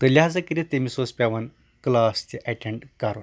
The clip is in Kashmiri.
تہٕ لہاظا کٔرِتھ تٔمِس اوس پیٚوان کٕلاس تہِ ایٚٹینڈ کَرُن